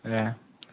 ए